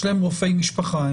יש להם רופאי משפחה,